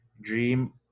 dream